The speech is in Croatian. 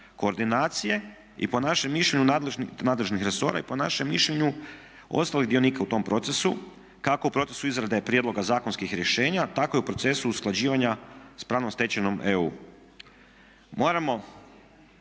koordinacije nadležnih resora i po našem mišljenju ostalih dionika u tom procesu, kako u procesu izrade prijedloga zakonskih rješenja tako i u procesu usklađivanja s pravnom stečevinom EU. Moramo